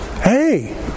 hey